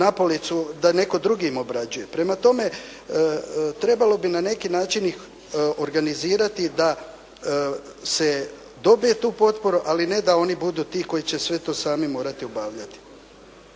da netko drugi im obrađuje. Prema tome trebalo bi na neki način ih organizirati da se dobe tu potporu ali ne da oni budu ti koji će sve to sami morati obavljati.